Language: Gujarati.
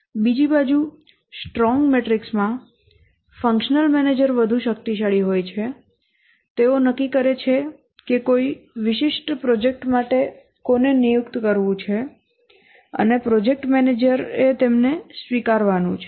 બીજી બાજુ સ્ટ્રોંગ મેટ્રિક્સ માં ફંક્શનલ મેનેજર વધુ શક્તિશાળી હોય છે તેઓ નક્કી કરે છે કે કોઈ વિશિષ્ટ પ્રોજેક્ટ માટે કોને નિયુક્ત કરવું છે અને પ્રોજેક્ટ મેનેજરએ તેમને સ્વીકારવાનું છે